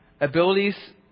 abilities